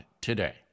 today